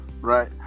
right